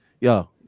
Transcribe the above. yo